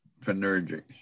Panergic